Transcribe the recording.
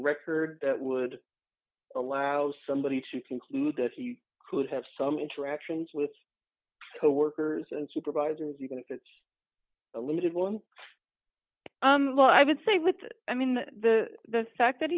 record that would allow somebody to conclude that he could have some interactions with coworkers and supervisors even if it's a limited one well i would say look i mean the fact that